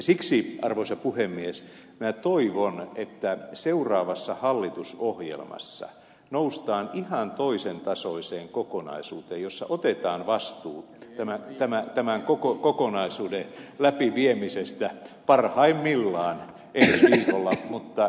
siksi arvoisa puhemies minä toivon että seuraavassa hallitusohjelmassa noustaan ihan toisen tasoiseen kokonaisuuteen jossa otetaan vastuu tämän kokonaisuuden läpiviemisestä parhaimmillaan ensi viikolla mutta viimeistään ensi keväänä